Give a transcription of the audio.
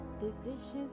Decisions